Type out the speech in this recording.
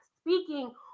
speaking